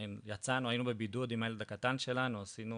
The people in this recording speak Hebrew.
היינו בבידוד עם הילד הקטן שלנו,